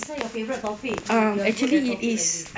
this one your favourite topic you're good at topic like this